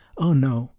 oh no!